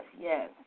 yes